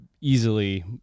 easily